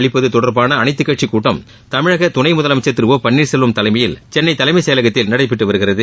அளிப்பது தொடர்பான அனைத்துக் கட்சி கூட்டம் தமிழக துணை முதலமைச்சர் திரு ஓ பன்ளீர்செல்வம் தலைமையில் சென்னை தலைமைச் செயலகத்தில் நடைபெற்று வருகிறது